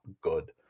good